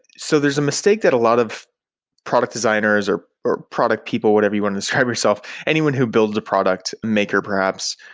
so there's a mistake that a lot of product designers or or product people, whatever you want to describe yourself, anyone who builds a product, maker perhaps,